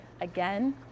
again